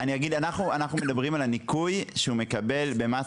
אנחנו מדברים על הניכוי שהוא מקבל במס